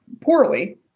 poorly